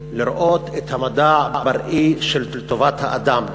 לראות את המדע בראי של טובת האדם,